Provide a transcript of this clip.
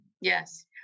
Yes